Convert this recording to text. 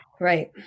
Right